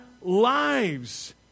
lives